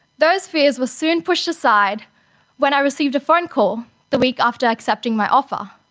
those fears were soon pushed aside when i received a phone call the week after accepting my offer.